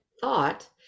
thought